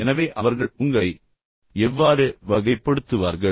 எனவே அவர்கள் உங்களை எவ்வாறு வகைப்படுத்துவார்கள்